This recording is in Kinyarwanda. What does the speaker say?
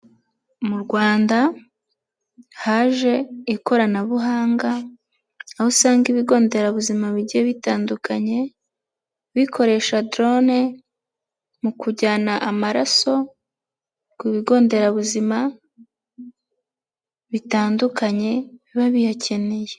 Mu Rwanda haje ikoranabuhanga, aho usanga ibigo nderabuzima bigiye bitandukanye bikoresha drone mu kujyana amaraso ku bigo nderabuzima bitandukanye biba biyakeneye.